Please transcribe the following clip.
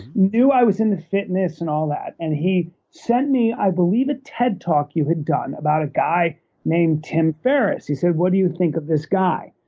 knew i was into fitness and all that. and he sent me i believe a ted talk you had done about a guy named tim ferriss. he said, what do you think of this guy?